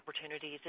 opportunities